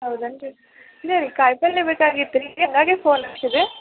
ಹೌದೇನ್ರೀ ಇಲ್ಲ ರಿ ಕಾಯಿ ಪಲ್ಯೆ ಬೇಕಾಗಿತ್ತು ರಿ ಹಾಗಾಗಿ ಫೋನ್ ಹಚ್ಚಿದೆ